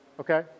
okay